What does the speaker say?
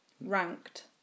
ranked